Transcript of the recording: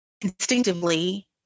instinctively